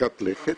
מרחיקת לכת,